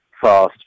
fast